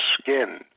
skin